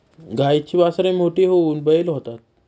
गाईची वासरे मोठी होऊन बैल होतात